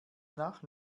nach